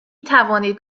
توانید